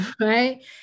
right